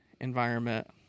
environment